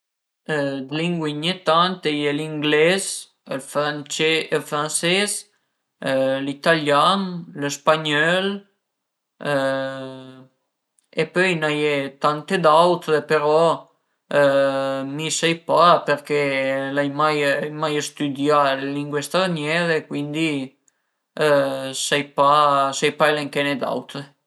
Dë lingue a n'ie tante, a ie l'ingleis, ël france ël franses, l'italian, lë spagnöl e pöi a i n'a ie tante d'autre però mi sai pa përché l'ai mai mai stüdià le lingue straniere cuindi sai sai pa elenchene d'autre